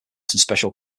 special